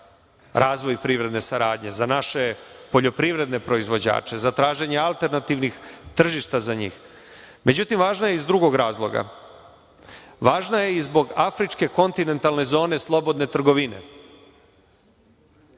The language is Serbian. razvoj privredne saradnje, za naše poljoprivredne proizvođače, za traženje alternativnih tržišta za njih. Međutim, važna je i iz drugog razloga. Važna je i zbog Afričke kontinentalne zone slobodne trgovine.